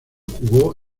jugó